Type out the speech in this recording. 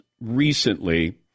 recently